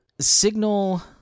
Signal